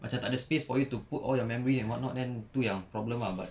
macam tak ada space for you to put all your memory and whatnot then tu yang problem ah but